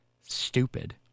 stupid